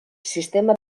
sistema